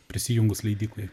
prisijungus leidyklai